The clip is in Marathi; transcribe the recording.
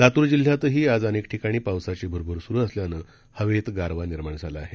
लात्र जिल्ह्यातही आज अनेक ठिकाणी पावसाची भ्रभर स्रु असल्यानं हवेत गारवा निर्माण झाला आहे